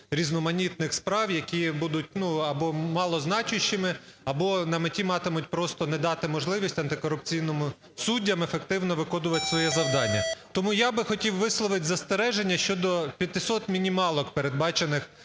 різноманітних справ, які будуть, ну, або малозначущими, або на меті матимуть просто не дати можливість антикорупційним суддям ефективно виконувати своє завдання. Тому я би хотів висловити застереження щодо 500 мінімалок, передбачених